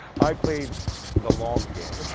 i played the long game.